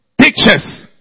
pictures